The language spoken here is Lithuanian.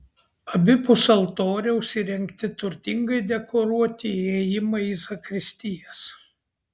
abipus altoriaus įrengti turtingai dekoruoti įėjimai į zakristijas